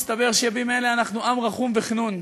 מסתבר שבימים אלה אנחנו עם רחום וחְנון,